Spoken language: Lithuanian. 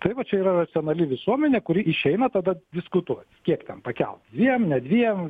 tai va čia yra racionali visuomenė kuri išeina tada diskutuot kiek ten pakelt dviem ne dviem